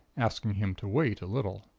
asking him to wait a little.